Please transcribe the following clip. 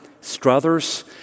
Struthers